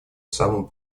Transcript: самым